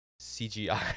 cgi